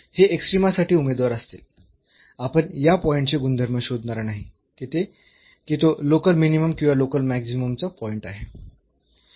हे एक्स्ट्रीमा साठी उमेदवार असतील आपण या पॉईंटचे गुणधर्म शोधणार नाही की तो लोकल मिनिमम किंवा लोकल मॅक्सिममचा पॉईंट आहे